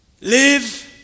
Live